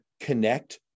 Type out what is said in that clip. connect